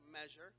measure